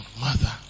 mother